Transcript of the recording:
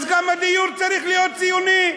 אז גם הדיור צריך להיות ציוני.